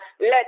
let